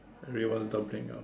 everyone's doubling up